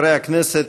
חברי הכנסת,